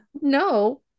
no